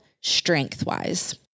strength-wise